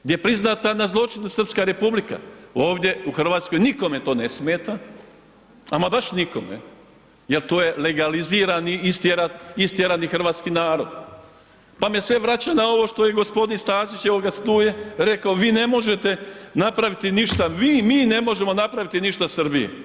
Gdje je priznata na zločinu srpska republika, ovdje u Hrvatskoj nikome to ne smeta, ama baš nikome jer to je legalizirani istjerani hrvatski narod pa me sve vraća na ovo što je g. Stazić, evo ga tu je rekao vi ne možete napraviti, mi ne možemo napraviti ništa Srbiji.